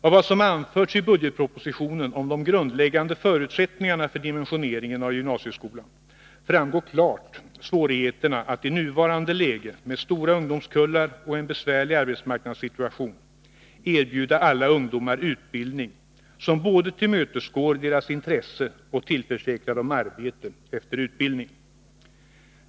Av vad som anförs i budgetpropositionen om de grundläggande förutsättningarna för dimensioneringen av gymnasieskolan framgår klart svårigheterna att i nuvarande läge, med stora ungdomskullar och en besvärlig arbetsmarknadssituation, erbjuda alla ungdomar utbildning som både tillmötesgår deras intresse och tillförsäkrar dem arbete efter utbildningen.